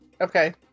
okay